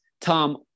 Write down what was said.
Tom